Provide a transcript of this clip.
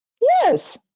Yes